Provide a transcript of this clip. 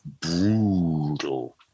brutal